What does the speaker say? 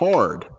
Hard